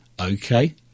Okay